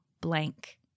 blank